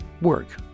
work